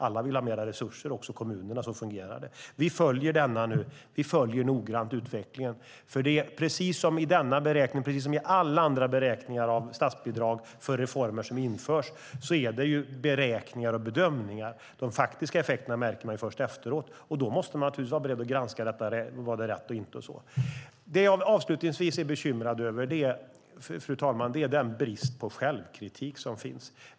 Alla vill ha mer resurser, också kommunerna. Så fungerar det. Vi följer noggrant utvecklingen, för precis som i alla andra beräkningar av statsbidrag för reformer som införs handlar det om beräkningar och bedömningar. De faktiska effekterna märker man först efteråt. Då måste man naturligtvis vara beredd att granska detta. Var det rätt eller inte? Det jag avslutningsvis är bekymrad över, fru talman, är den brist på självkritik som finns.